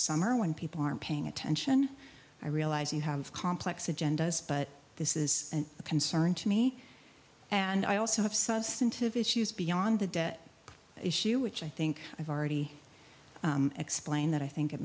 summer when people aren't paying attention i realize you have complex agendas but this is a concern to me and i also have substantive issues beyond the debt issue which i think i've already splaying that i think it